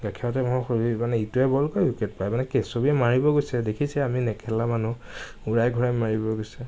back খাওঁতে মৌ ফৰিল মানে ইটোৱে বল কৰে উইকেট পায় মানে কেচটো কি মাৰিব গৈছে দেখিছে আমি নেখেলা মানুহ উৰাই ঘূৰাই মাৰিব গৈছে